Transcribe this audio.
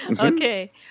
okay